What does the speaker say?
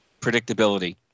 predictability